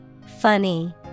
Funny